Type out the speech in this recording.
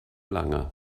lange